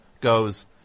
goes